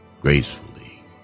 gracefully